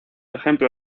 ejemplo